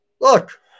Look